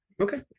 Okay